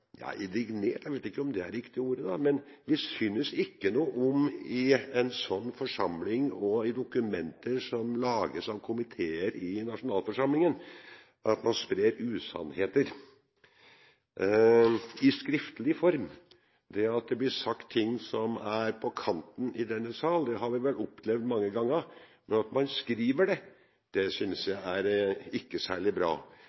jeg vet ikke om det er det riktige ordet, men vi synes ikke noe om at man i en slik forsamling og i dokumenter som lages av komiteer i nasjonalforsamlingen, sprer usannheter – i skriftlig form. Det at det blir sagt ting som er på kanten i denne salen, har vi vel opplevd mange ganger. Men at man skriver det, synes jeg ikke er særlig bra.